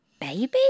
baby